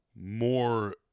More